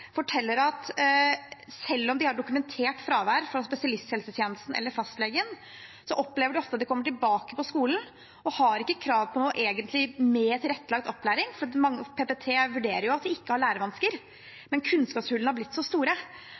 forteller at selv om de har dokumentert fravær fra spesialisthelsetjenesten eller fastlegen, opplever de ofte når de kommer tilbake til skolen, at de ikke har krav på mer tilrettelagt opplæring. PPT vurderer at de ikke har lærevansker, men kunnskapshullene har blitt så store